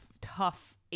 tough